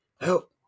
Help